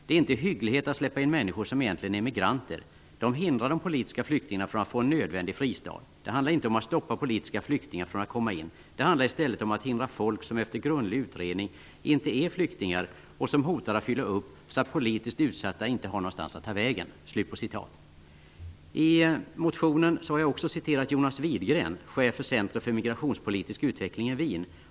Det är inte hygglighet att släppa in människor som egentligen är emigranter -- de hindrar de politiska flyktingarna från att få en nödvändig fristad. Det handlar inte om att stoppa politiska flyktingar från att komma in, det handlar i stället om att hindra folk som efter grundlig utredning inte är flyktingar och som hotar att fylla upp så att politiskt utsatta inte har någonstans att ta vägen.'' I motionen har jag också citerat Jonas Widgren, chef för centret för migrationspolitisk utveckling i Wien.